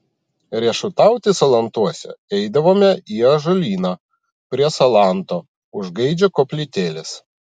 riešutauti salantuose eidavome į ąžuolyną prie salanto už gaidžio koplytėlės